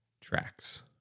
tracks